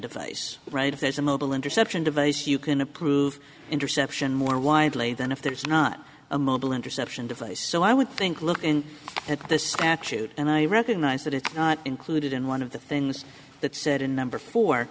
device right if there's a mobile interception device you can approve interception more widely than if there is not a mobile interception device so i would think look at this statute and i recognize that it's not included in one of the things that said a number four